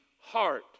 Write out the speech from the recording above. heart